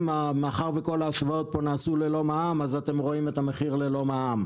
מאחר שכל ההשוואות פה נעשו ללא מע"מ אז אתם רואים את המחיר ללא מע"מ,